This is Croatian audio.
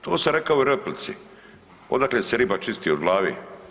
To sam rekao i u replici, odakle se riba čisti, od glave.